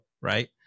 right